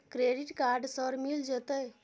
Credit card sir मिल जेतै?